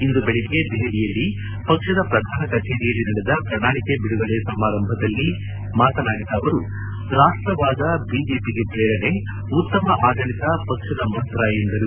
ಇಂದು ಬೆಳಿಗ್ಗೆ ದೆಹಲಿಯಲ್ಲಿ ಪಕ್ಷದ ಪ್ರಧಾನ ಕಚೇರಿಯಲ್ಲಿ ನಡೆದ ಪ್ರಣಾಳಿಕೆ ಬಿಡುಗಡೆ ಸಮಾರಂಭದಲ್ಲಿ ಮಾತನಾಡಿದ ಅವರು ರಾಷ್ಟವಾದ ಬಿಜೆಪಿಗೆ ಪ್ರೇರಣೆ ಉತ್ತಮ ಆಡಳಿತ ಪಕ್ಷದ ಮಂತ್ರ ಎಂದರು